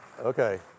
Okay